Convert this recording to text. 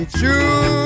true